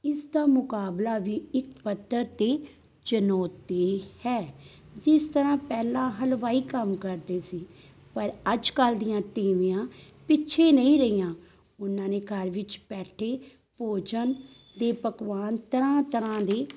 ਇਸ ਦਾ ਮੁਕਾਬਲਾ ਵੀ ਇੱਕ ਪੱਧਰ 'ਤੇ ਚੁਣੌਤੀ ਹੈ ਜਿਸ ਤਰ੍ਹਾਂ ਪਹਿਲਾ ਹਲਵਾਈ ਕੰਮ ਕਰਦੇ ਸੀ ਪਰ ਅੱਜ ਕੱਲ੍ਹ ਦੀਆਂ ਤੀਵੀਆਂ ਪਿੱਛੇ ਨਹੀਂ ਰਹੀਆਂ ਉਹਨਾਂ ਨੇ ਘਰ ਵਿੱਚ ਬੈਠੇ ਭੋਜਨ ਦੇ ਪਕਵਾਨ ਤਰ੍ਹਾਂ ਤਰ੍ਹਾਂ ਦੀ